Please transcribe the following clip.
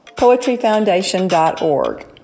poetryfoundation.org